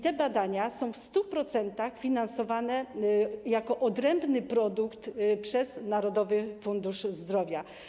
Te badania są w 100% finansowane jako odrębny produkt przez Narodowy Fundusz Zdrowia.